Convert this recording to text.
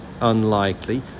unlikely